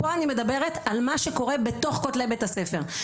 פה אני מדברת על מה שקורה בתוך כתלי בית הספר.